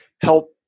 help